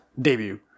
debut